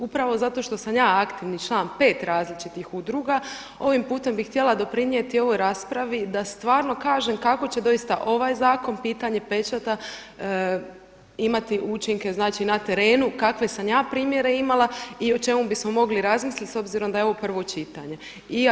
Upravo zato što sam ja aktivni član 5 različitih udruga, ovim putem bih htjela doprinijeti ovoj raspravi da stvarno kažem kako će doista ovaj zakon pitanje pečata imati učinke znači na terenu kakve sam ja primjere imala i o čemu bismo mogli razmisliti s obzirom da je ovo prvo čitanje.